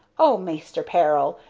oh, maister peril!